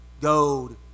gold